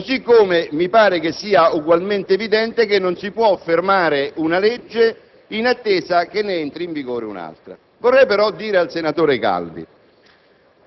così come mi pare sia ugualmente evidente che non si può fermare una legge in attesa che ne entri in vigore un'altra. Vorrei però dire al senatore Calvi: